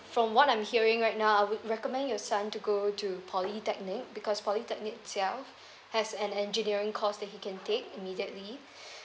from what I'm hearing right now I would recommend your son to go to polytechnic because polytechnic itself has an engineering course that he can take immediately